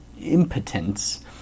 impotence